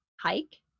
hike